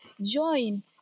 Join